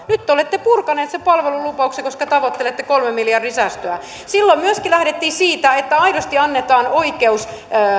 nyt te olette purkaneet sen palvelulupauksen koska tavoittelette kolmen miljardin säästöä silloin myöskin lähdettiin siitä että aidosti annetaan oikeus